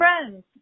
friends